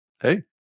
Hey